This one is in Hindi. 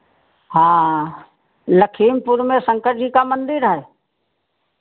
हाँ लखीमपुर में शंकर जी का मन्दिर है